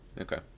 Okay